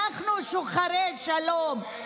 אנחנו שוחרי שלום.